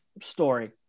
story